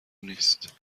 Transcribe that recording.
نیست